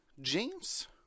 James